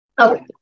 Okay